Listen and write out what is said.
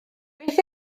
beth